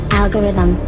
algorithm